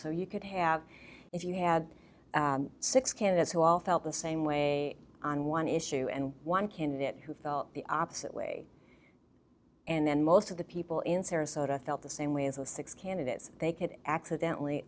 so you could have if you had six candidates who all felt the same way on one issue and one candidate who felt the opposite way and then most of the people in sarasota felt the same way as the six candidates they could accidentally